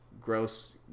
Gross